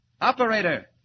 Operator